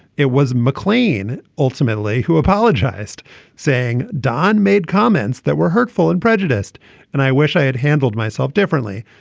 it was mclean ultimately who apologized saying don made comments that were hurtful and prejudiced and i wish i had handled myself differently.